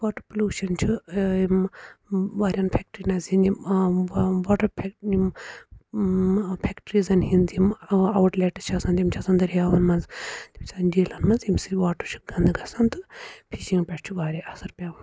water pollution چھُ یِم واریاہَن فیٚکٹِرٛی نَظ یِم واٹَر فیک یِم فیکٹِرٛیٖزَن ہِنٛدۍ یِم اَوُٹ لیٹٕس چھِ آسان تِم چھِ آسان دٔریاوَن منٛز تِم چھِ آسان جیٖلَن منٛز ییٚمہِ سۭتۍ واٹَر چھُ گَنٛدٕ گَژھان تہٕ فِشِنٛگ پٮ۪ٹھ چھُ واریاہ اَثَر پٮ۪وان